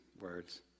words